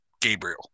Gabriel